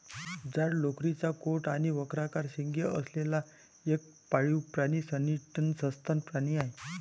जाड लोकरीचा कोट आणि वक्राकार शिंगे असलेला एक पाळीव प्राणी रमिनंट सस्तन प्राणी आहे